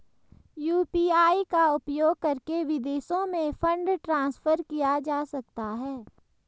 UPI का उपयोग करके विदेशों में फंड ट्रांसफर किया जा सकता है?